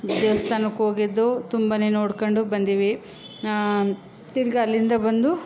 ದೇವಸ್ಥಾನಕ್ಕೋಗಿದ್ದು ತುಂಬನೇ ನೋಡ್ಕೊಂಡು ಬಂದೀವಿ ತಿರುಗ ಅಲ್ಲಿಂದ ಬಂದು